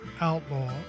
outlaw